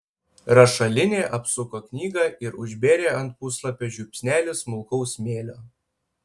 rašalinė apsuko knygą ir užbėrė ant puslapio žiupsnelį smulkaus smėlio